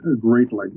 greatly